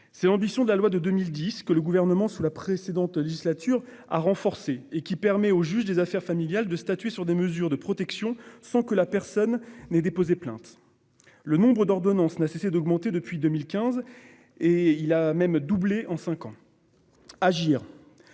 C'est l'ambition de la loi de 2010 que le Parlement et le Gouvernement ont renforcée sous la précédente législature et qui permet au juge des affaires familiales de statuer sur des mesures de protection sans que la personne ait déposé plainte. Le nombre d'ordonnances n'a cessé d'augmenter depuis 2015 ; il a même doublé en cinq ans. Agir,